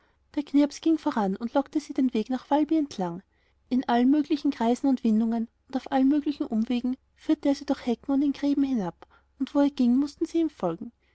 der knirps ging voran und lockte sie den weg nach valby entlang in allen möglichenkreisenundwindungenundaufallenmöglichenumwegenführte er sie durch hecken und in gräben hinab und wo er ging mußten sie ihm folgen